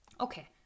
Okay